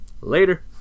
Later